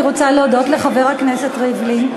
ראשית אני רוצה להודות לחבר הכנסת ריבלין,